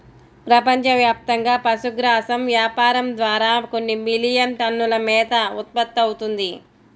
ప్రపంచవ్యాప్తంగా పశుగ్రాసం వ్యాపారం ద్వారా కొన్ని మిలియన్ టన్నుల మేత ఉత్పత్తవుతుంది